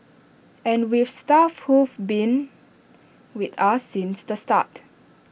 and we've staff who've been with us since the start